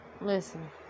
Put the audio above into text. listen